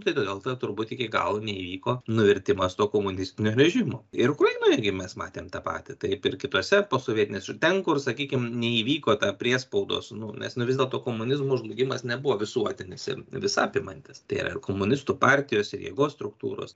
tai todėl tada turbūt iki galo neįvyko nuvertimas to komunistinio režimo ir ukrainoj irgi mes matėm tą patį taip ir kitose posovietinėse ten kur sakykim neįvyko ta priespaudos nu nes nu vis dėlto komunizmo žlugimas nebuvo visuotinis ir visa apimantis tai yra ir komunistų partijos ir jėgos struktūros